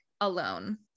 alone